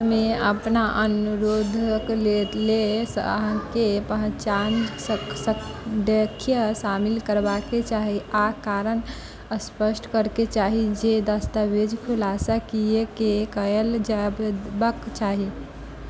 मे अपना अनुरोधक लेल लेस अहाँके पहचान सङ्ख्या शामिल करबाक चाही आ कारण स्पष्ट करयके चाही जे दस्तावेज खुलासा किएक कयल जयबाक चाही